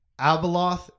abeloth